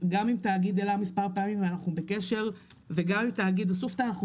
נפגשנו כמה פעמים גם עם תאגיד אל"ה וגם עם תאגיד אסופתא,